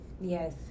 Yes